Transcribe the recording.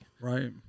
Right